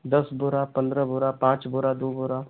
दस बोरा पंद्रह बोरा पाँच बोरा दो बोरा